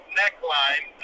neckline